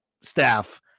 staff